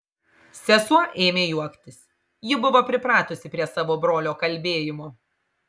sesuo ėmė juoktis ji buvo pripratusi prie savo brolio kalbėjimo